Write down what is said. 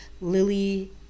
Lily